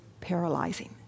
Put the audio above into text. paralyzing